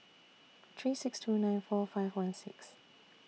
three six two nine four five one six